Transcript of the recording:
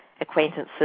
acquaintances